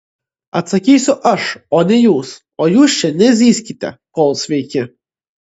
atsakysiu aš o ne jūs o jūs čia nezyzkite kol sveiki